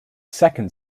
second